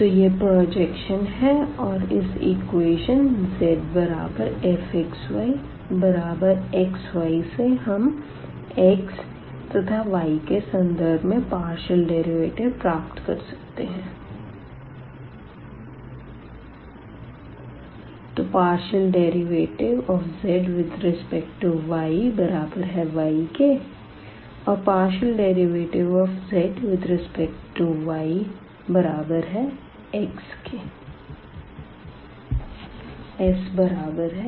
तो यह प्रजेक्शन है और इस इक्वेशन zfxyxy से हम x तथा y के संदर्भ में पार्शियल डेरिवेटिव प्राप्त कर सकते है